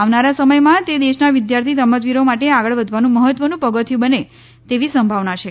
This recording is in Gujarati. આવનારા સમયમાં તે દેશના વિદ્યાર્થી રમતવીરો માટે આગળ વધવાનું મહત્વનું પગથિયું બને તેવી સંભાવના છે